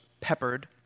peppered